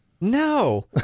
no